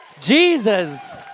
Jesus